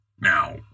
Now